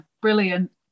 brilliant